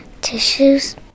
Tissues